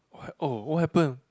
what oh what happen